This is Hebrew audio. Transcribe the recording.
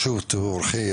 שוב תבורכי,